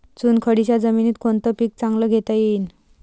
चुनखडीच्या जमीनीत कोनतं पीक चांगलं घेता येईन?